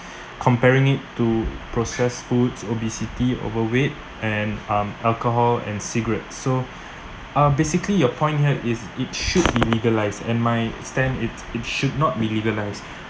comparing it to processed foods obesity overweight and um alcohol and cigarettes so uh basically your point here is it should be legalised and my stand it's it should not be legalised